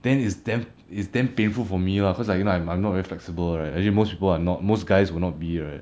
then it's damn is damn painful for me lah cause like you know I'm I'm not very flexible right actually most people are not most guys will not be right